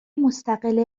مستقل